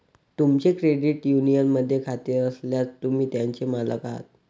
तुमचे क्रेडिट युनियनमध्ये खाते असल्यास, तुम्ही त्याचे मालक आहात